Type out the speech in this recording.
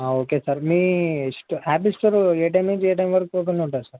okay sir మీ sto Apple store ఏ time నుంచి ఏ టైమ్ వరకు ఓపెన్గా ఉంటుంది సార్